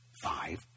Five